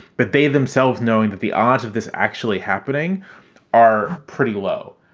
but they themselves, knowing that the odds of this actually happening are pretty low.